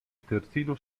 terzino